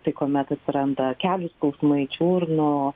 tai kuomet atsiranda kelių skausmai čiurnų